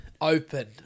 open